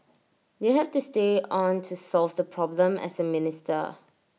you have to stay on to solve the problem as A minister